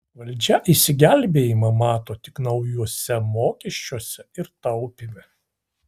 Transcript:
valdžia išsigelbėjimą mato tik naujuose mokesčiuose ir taupyme